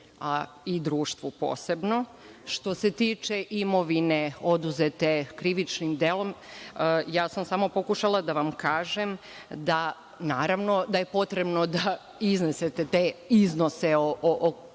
a i društvu posebno. Što se tiče imovine oduzete krivičnim delom, samo sam pokušala da vam kažem da naravno da je potrebno da iznesete te iznose o kojoj